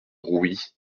rouit